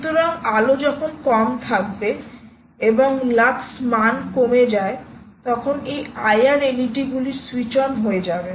সুতরাং আলো যখন কম থাকে এবং লাক্স মান কমে যায় তখন এই IR LED গুলি সুইচ অন হয়ে যাবে